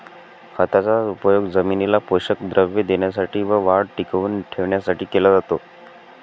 खताचा उपयोग जमिनीला पोषक द्रव्ये देण्यासाठी व वाढ टिकवून ठेवण्यासाठी केला जातो